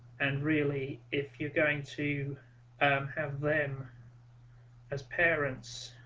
and really if you're going to and have them as parents